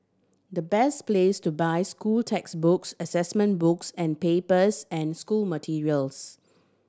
the best place to buy school textbooks assessment books and papers and school materials